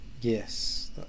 Yes